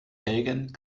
felgen